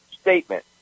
statement